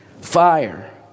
fire